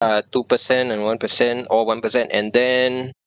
uh two percent and one percent or one percent and then